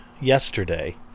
yesterday